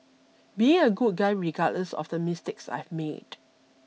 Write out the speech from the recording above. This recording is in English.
being a good guy regardless of the mistakes I've made